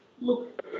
Look